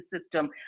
system